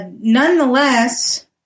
Nonetheless